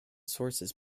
sources